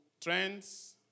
trends